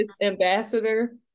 ambassador